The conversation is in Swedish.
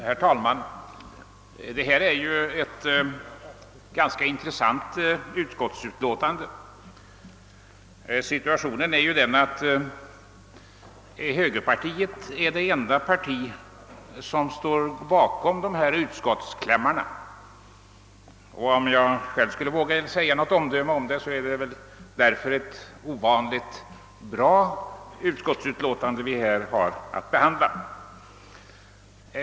Herr talman! Det här är ett ganska intressant utlåtande. Situationen är ju den, herr talman, att högerpartiet är det enda parti som står bakom kläm marna i utskottets betänkande. Om jag själv skulle våga mig på ett omdöme, är det väl därför ett ovanligt bra utlåtande som nu behandlas.